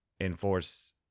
enforce